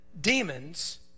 demons